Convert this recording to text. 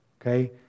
okay